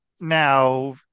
now